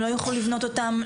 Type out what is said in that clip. הם לא יוכלו לבנות אותם,